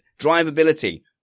Drivability